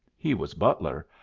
he was butler,